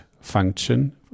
function